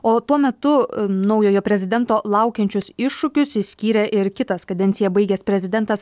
o tuo metu naujojo prezidento laukiančius iššūkius išskyrė ir kitas kadenciją baigęs prezidentas